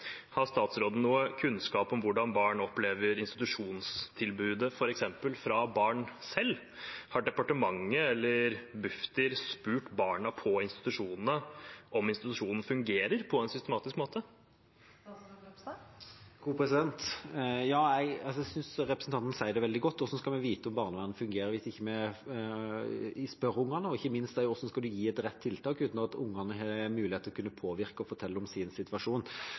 Har statsråden noe kunnskap om hvordan barn opplever institusjonstilbudet f.eks. fra barn selv? Har departementet eller Bufdir på en systematisk måte spurt barna på institusjonene om institusjonen fungerer? Jeg synes representanten Øvstegård sier det veldig godt – hvordan skal vi vite om barnevernet fungerer hvis vi ikke spør ungene, og ikke minst hvordan skal en gi rett tiltak uten at ungene har mulighet til å kunne påvirke og fortelle om sin situasjon?